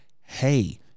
Hey